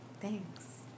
Thanks